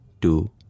two